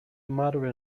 mother